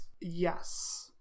Yes